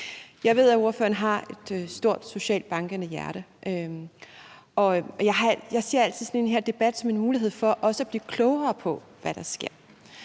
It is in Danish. Jeg ved, at ordføreren har et stort socialt bankende hjerte, og jeg ser altid en debat som den her som en mulighed for også at blive klogere på, hvad der sker.